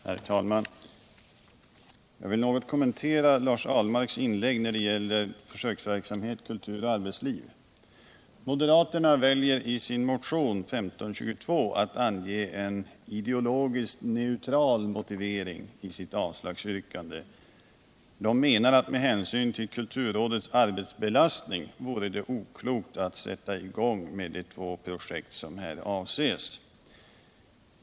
Herr talman! Jag vill något kommentera Lars Ahlmarks inlägg beträffande försöksverksamhet för projektet Kultur och arbetsliv. Moderaterna väljer i sin motion 1522 att för sitt avslagsyrkande ange en ideologiskt neutral motivering. De menar att med hänsyn till kulturrådets arbetsbelastning vore det oklokt att sätta i gång med de två projekt som avses.